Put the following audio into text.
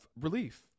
relief